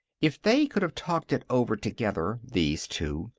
if they could have talked it over together, these two,